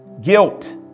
guilt